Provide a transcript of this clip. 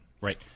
Right